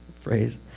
phrase